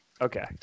Okay